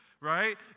right